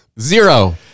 zero